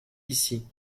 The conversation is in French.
ici